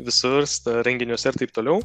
visur sta renginiuose ir taip toliau